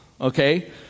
Okay